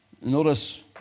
Notice